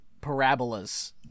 parabolas